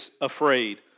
afraid